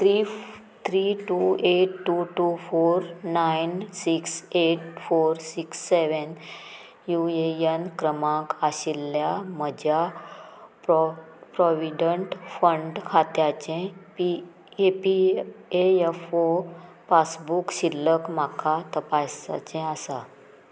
three three two eight two two four nine six eight four six seven U A N क्रमांक आशिल्ल्या म्हज्या pro provident fund खात्याचें E P F O passbook शिल्लक म्हाका तपासाचें आसा